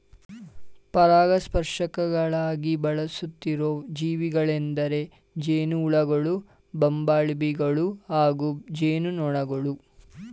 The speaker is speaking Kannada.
ಪರಾಗಸ್ಪರ್ಶಕಗಳಾಗಿ ಬಳಸುತ್ತಿರೋ ಜೀವಿಗಳೆಂದರೆ ಜೇನುಹುಳುಗಳು ಬಂಬಲ್ಬೀಗಳು ಹಾಗೂ ಜೇನುನೊಣಗಳು